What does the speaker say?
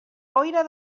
boira